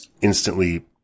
instantly